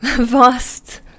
vast